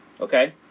Okay